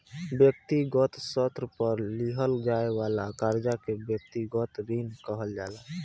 व्यक्तिगत स्तर पर लिहल जाये वाला कर्जा के व्यक्तिगत ऋण कहल जाला